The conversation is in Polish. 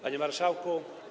Panie Marszałku!